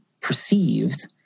perceived